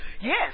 yes